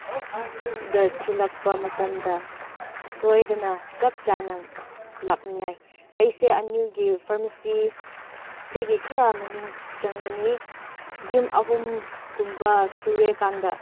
ꯗ ꯊꯤꯜꯂꯛꯄ ꯃꯇꯝꯗ ꯁꯣꯏꯗꯅ ꯆꯞ ꯆꯥꯅ ꯂꯥꯛꯅꯤꯡꯉꯥꯏ ꯑꯩꯁꯦ ꯑꯅꯤꯜꯒꯤ ꯐꯥꯔꯃꯥꯁꯤꯗꯒꯤ ꯈꯔ ꯃꯅꯨꯡ ꯆꯪꯒꯅꯤ ꯌꯨꯝ ꯑꯍꯨꯝꯒꯨꯝꯕ ꯁꯨꯔꯦ ꯀꯥꯟꯗ